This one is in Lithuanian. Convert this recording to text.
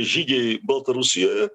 žygiai baltarusijoje